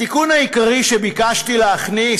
התיקון העיקרי שביקשתי להכניס,